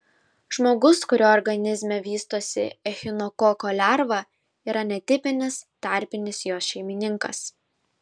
žmogus kurio organizme vystosi echinokoko lerva yra netipinis tarpinis jos šeimininkas